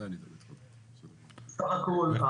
בסך הכל,